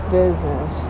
business